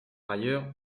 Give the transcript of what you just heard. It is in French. ailleurs